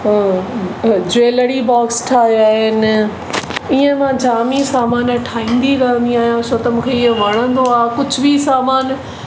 अ अ jewellery box ठाहियां आहिनि ईअं मां जाम ई सामानु ठाहींदी रहंदी आहियां छो त मूंखे ईअ वणंदो आहे कुझु बि सामानु